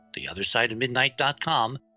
theothersideofmidnight.com